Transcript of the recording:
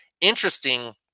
interesting